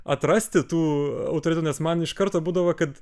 atrasti tų autoritetų nes man iš karto būdavo kad